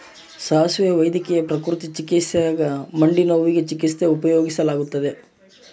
ಸಾಸುವೆ ವೈದ್ಯಕೀಯ ಪ್ರಕೃತಿ ಚಿಕಿತ್ಸ್ಯಾಗ ಮಂಡಿನೋವಿನ ಚಿಕಿತ್ಸ್ಯಾಗ ಉಪಯೋಗಿಸಲಾಗತ್ತದ